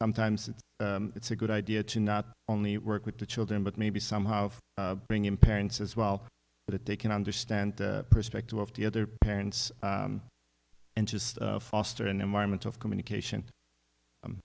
sometimes it's a good idea to not only work with the children but maybe somehow bring in parents as well that they can understand perspective of the other parents and just foster an environment of communication